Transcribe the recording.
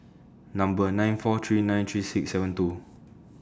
Number nine four three nine three six seven two